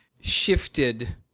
shifted